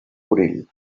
conill